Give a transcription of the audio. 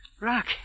Rock